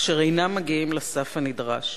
אשר אינם מגיעים לסף הנדרש.